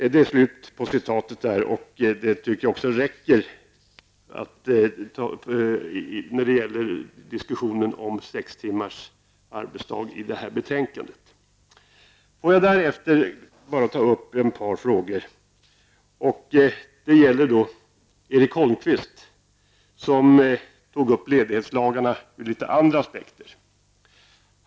Det är slut på citatet där. Jag tycker att det räcker när det gäller diskussionen om sex timmars arbetsdag i det här betänkandet. Därefter vill jag ta upp ett par andra frågor. Det gäller ledighetslagarna som Erik Holmkvist tog upp ur litet andra aspekter.